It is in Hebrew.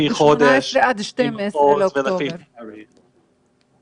לפי חודש, לפי מחוז ולפי ערים.